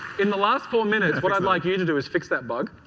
in the last four minutes what i would like you to do is fix that bug.